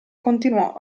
continuò